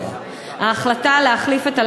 אבל אתה גם צריך להסכים אתי,